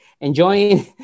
enjoying